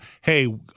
hey